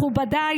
מכובדיי,